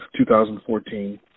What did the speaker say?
2014